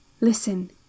Listen